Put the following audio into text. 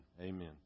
Amen